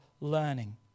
learning